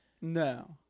No